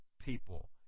people